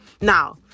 Now